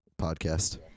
podcast